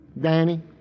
Danny